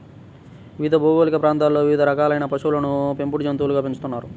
వివిధ భౌగోళిక ప్రాంతాలలో వివిధ రకాలైన పశువులను పెంపుడు జంతువులుగా పెంచుతున్నారు